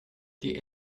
die